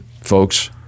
Folks